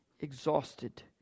exhausted